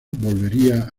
volvería